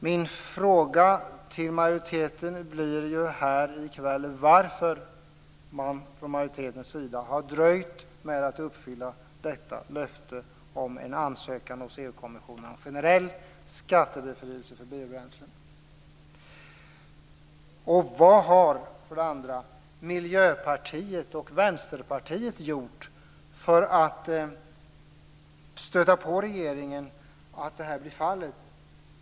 Min fråga till majoriteten blir här i kväll varför man från majoritetens sida har dröjt med att uppfylla detta löfte om en ansökan hos EU-kommissionen om en generell skattebefrielse för biobränslen. Vad har vidare Miljöpartiet och Vänsterpartiet gjort för att stöta på hos regeringen för att så ska bli fallet?